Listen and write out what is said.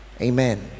amen